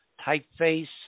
typeface